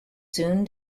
soon